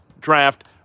draft